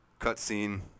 cutscene